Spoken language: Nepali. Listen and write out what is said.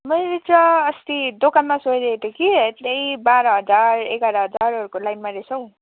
मैले त अस्ति दोकानमा सोधेको थिएँ कि यता बाह्र हजार एघार हजारहरूको लाइनमा रहेछ हौ